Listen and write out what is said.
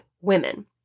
women